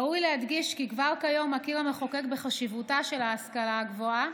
ראוי להדגיש כי כבר כיום מכיר המחוקק בחשיבותה של ההשכלה הגבוהה